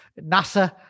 NASA